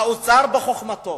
שהאוצר בחוכמתו,